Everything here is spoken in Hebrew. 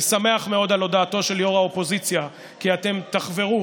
אני שמח מאוד על הודעתו של יו"ר האופוזיציה כי אתם תחברו,